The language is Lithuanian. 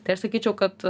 tai aš sakyčiau kad